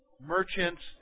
merchants